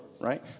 right